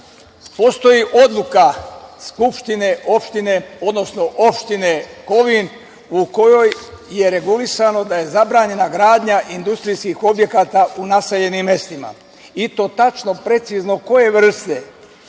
Postoji odluka skupštine opštine, odnosno opštine Kovin, u kojoj je regulisano da je zabranjena gradnja industrijskih objekata u naseljenim mestima i to tačno, precizno koje